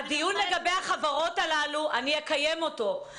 הדיון לגבי החברות הללו אני אקיים אותו.